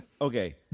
Okay